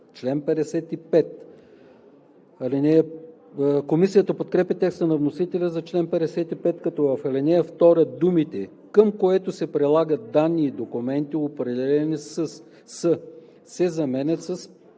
девета. Комисията подкрепя текста на вносителя за чл. 55, като в ал. 2 думите „към което се прилагат данни и документи, определени с“ се заменят с